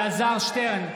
בעד אלעזר שטרן,